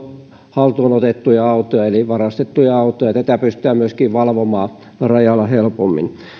haltuun otettuja autoja eli varastettuja autoja tätä pystytään myöskin valvomaan rajalla helpommin